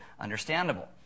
understandable